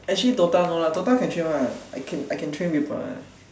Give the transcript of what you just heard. actually DOTA no lah DOTA can train [one] or not I can train people